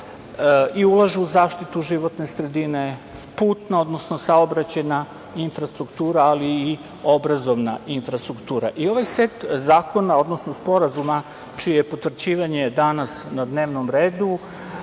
i ulaže u zaštitu životne sredine, putna, odnosno saobraćajna infrastruktura, ali i obrazovna infrastruktura. Ovaj set zakona, odnosno sporazuma čije je potvrđivanje danas na dnevnom redu